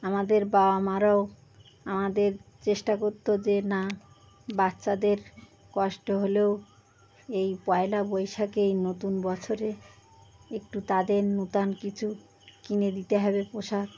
আমাদের বাবা মারাও আমাদের চেষ্টা করত যে না বাচ্চাদের কষ্ট হলেও এই পয়লা বৈশাখে এই নতুন বছরে একটু তাদের নতুন কিছু কিনে দিতে হবে পোশাক